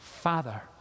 Father